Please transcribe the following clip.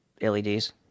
LEDs